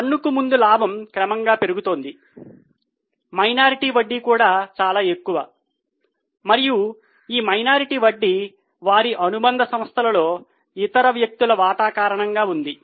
పన్నుకు ముందు లాభం క్రమంగా పెరుగుతోంది మైనారిటీ వడ్డీ కూడా చాలా ఎక్కువ మరియు ఈ మైనారిటీ వడ్డీ వారి అనుబంధ సంస్థలలో ఇతర వ్యక్తుల వాటా కారణంగా ఉంది